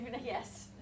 yes